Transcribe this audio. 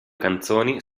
canzoni